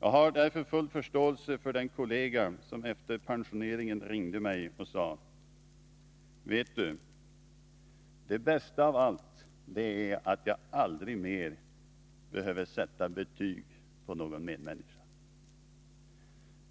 Jag har därför full förståelse för den kollega som efter pensioneringen ringde till mig och sade: Vet du, det bästa av allt är att jag aldrig mer behöver sätta betyg på någon medmänniska.